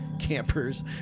campers